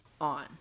on